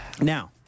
Now